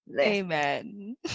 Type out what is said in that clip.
Amen